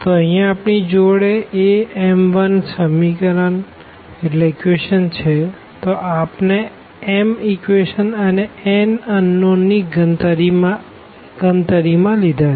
તો અહિયાં આપણી જોડે am1ઇક્વેશન છે તો આપણે m ઇક્વેશનો અને n અનનોન ગણતરી માં લીધા છે